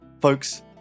Folks